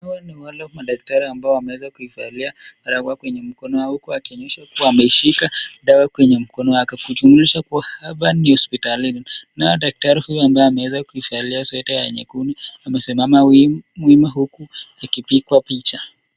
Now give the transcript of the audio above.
Hawa ni wale madaktari ambao wameweza kuvalia barakoa kwenye mdomo wao huku akiwa ameshika dawa kwenye mikono wake kujulisha kuwa hapa ni hospitalini naye daktari huyu ambaye ameweza kuvalia Sweta ya nyekundu amesimama wima huku akipigwa picha.